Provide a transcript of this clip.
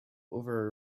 over